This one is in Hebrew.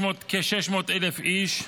כ-600,000 איש,